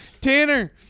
Tanner